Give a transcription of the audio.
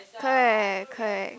correct correct